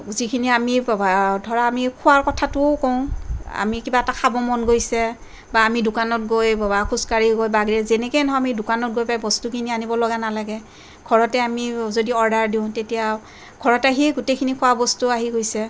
যিখিনি আমি ধৰা আমি খোৱাৰ কথাটোও কওঁ আমি কিবা এটা খাব মন গৈছে বা আমি দোকানত গৈ খোজকাঢ়ি গৈ বা যেনেকে নহওঁক আমি দোকানত গৈ পেলাই বস্তু কিনি আনিব লগা নালাগে ঘৰতে আমি যদি অ'ৰ্ডাৰ দিওঁ তেতিয়া ঘৰতে আহিয়ে গোটেইখিনি খোৱাবস্তু আহি গৈছে